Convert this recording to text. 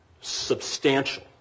substantial